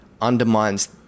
undermines